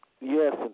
Yes